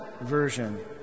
version